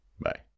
bye